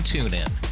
TuneIn